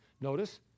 Notice